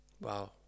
Wow